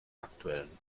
aktuellen